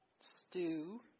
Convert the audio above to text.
Stew